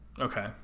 Okay